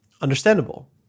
understandable